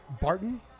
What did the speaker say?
Barton